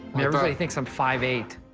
everybody thinks i'm five eight.